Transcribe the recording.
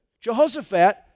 Jehoshaphat